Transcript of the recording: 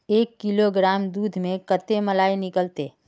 एक किलोग्राम दूध में कते मलाई निकलते?